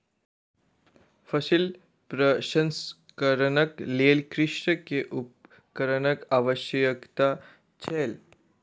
फसिल प्रसंस्करणक लेल कृषक के उपकरणक आवश्यकता छल